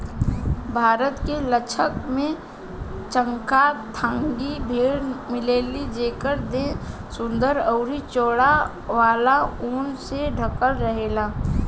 भारत के लद्दाख में चांगथांगी भेड़ मिलेली जेकर देह सुंदर अउरी चौड़ा वाला ऊन से ढकल रहेला